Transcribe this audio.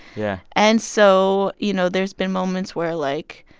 yeah and so you know, there's been moments where, like,